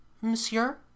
Monsieur